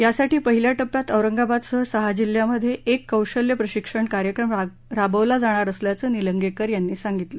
यासाठी पहिल्या टप्प्यात औरंगाबादसह सहा जिल्ह्यांमध्येएक्रि कौशल्य प्रशिक्षण कार्यक्रम राबवला जाणार असल्याचं निलंगळ्ये यांनी सांगितलं